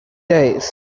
days